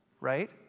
right